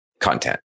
content